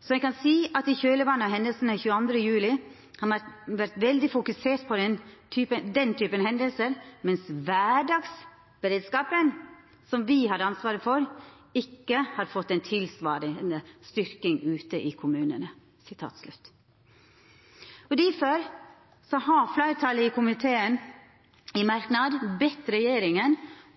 Så en kan si at i kjølvannet av hendelsene 22. juli har man vært veldig fokusert på den typen hendelser, mens hverdagsberedskapen, som vi har ansvaret for, ikke har fått en tilsvarende styrking ute i kommunene.» Difor har fleirtalet i komiteen i ein merknad bedt regjeringa